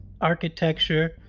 architecture